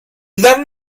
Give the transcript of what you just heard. then